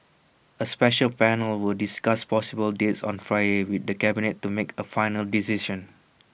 A special panel will discuss possible dates on Friday with the cabinet to make A final decision